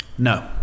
No